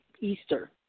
Easter